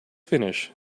finish